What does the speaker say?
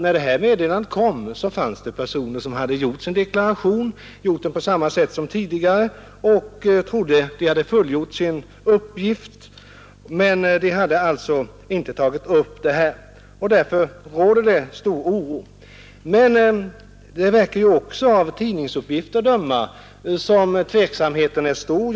När detta meddelande kom fanns det nämligen personer som redan hade färdigställt sin deklaration på samma sätt som tidigare — dvs. utan att ta upp denna inkomst — och som trodde att de därmed hade fullgjort sin uppgiftsskyldighet. Nu råder det därför stor oro. Men det verkar också, att döma av tidningsuppgifter, som om tveksamheten är stor hos myndigheterna.